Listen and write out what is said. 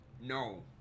No